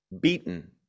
beaten